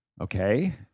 Okay